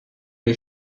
les